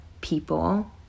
people